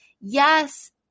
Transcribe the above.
yes